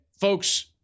folks